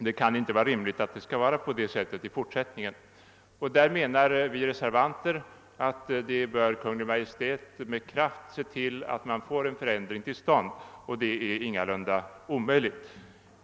Det kan inte vara rimligt att det skall vara på detta sätt i fortsättningen, och vi reservanter menar att Kungl. Maj:t bör se till att det blir en ändring — något som ingalunda är omöjligt.